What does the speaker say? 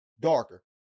darker